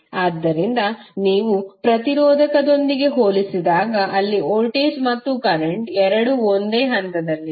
ಆದ್ದರಿಂದ ನೀವು ಪ್ರತಿರೋಧಕದೊಂದಿಗೆ ಹೋಲಿಸಿದಾಗ ಅಲ್ಲಿ ವೋಲ್ಟೇಜ್ ಮತ್ತು ಕರೆಂಟ್ ಎರಡೂ ಒಂದೇ ಹಂತದಲ್ಲಿದೆ